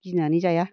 गिनानै जाया